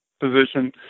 position